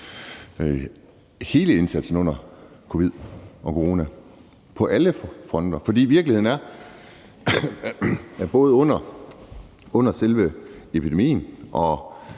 hele indsatsen under covid, corona, på alle fronter. For virkeligheden er, at der både under selve epidemien og